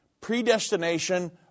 predestination